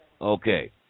Okay